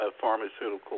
pharmaceutical